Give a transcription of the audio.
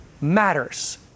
matters